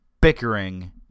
bickering